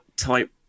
type